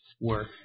work